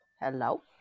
Hello